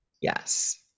yes